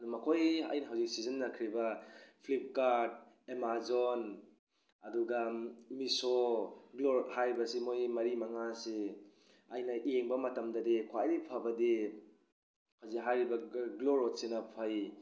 ꯃꯈꯣꯏ ꯑꯩꯅ ꯍꯧꯖꯤꯛ ꯁꯤꯖꯤꯟꯅꯈ꯭ꯔꯤꯕ ꯐ꯭ꯂꯤꯞꯀꯥꯔꯠ ꯑꯥꯃꯥꯖꯣꯟ ꯑꯗꯨꯒ ꯃꯤꯁꯣ ꯒ꯭ꯂꯣꯔꯣꯠ ꯍꯥꯏꯔꯤꯕꯁꯤ ꯃꯣꯏ ꯃꯔꯤ ꯃꯉꯥꯁꯤ ꯑꯩꯅ ꯌꯦꯡꯕ ꯃꯇꯝꯗꯗꯤ ꯈ꯭ꯋꯥꯏꯗꯒꯤ ꯐꯕꯗꯤ ꯍꯧꯖꯤꯛ ꯍꯥꯏꯔꯤꯕ ꯒ꯭ꯂꯣꯔꯣꯠꯁꯤꯅ ꯐꯩ